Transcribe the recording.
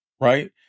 Right